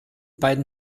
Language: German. beiden